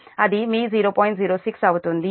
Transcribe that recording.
06 అవుతుంది